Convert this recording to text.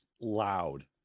loud